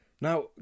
Now